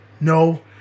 no